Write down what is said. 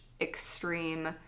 extreme